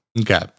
Okay